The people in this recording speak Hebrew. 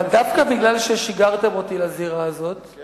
אבל דווקא בגלל ששיגרתם אותי לזירה הזאת אני